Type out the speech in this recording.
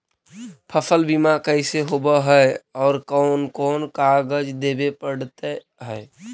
फसल बिमा कैसे होब है और कोन कोन कागज देबे पड़तै है?